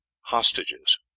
Hostages